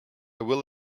will